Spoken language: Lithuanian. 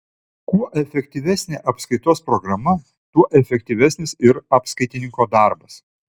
kuo efektyvesnė apskaitos programa tuo efektyvesnis ir apskaitininko darbas